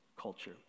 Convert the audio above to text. culture